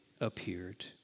appeared